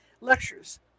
lectures